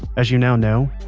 as you now know,